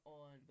on